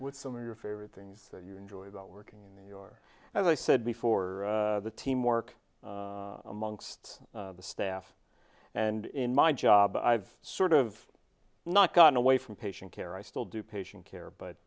with some of your favorite things that you enjoy about working and your as i said before the teamwork amongst the staff and in my job i've sort of not gotten away from patient care i still do patient care but